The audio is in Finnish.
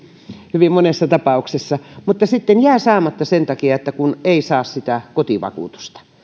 hyvin monessa tapauksessa mutta sitten jää saamatta sen takia että ei saa sitä kotivakuutusta